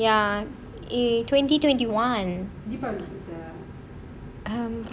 ya twenty twenty one